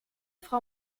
frau